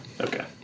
Okay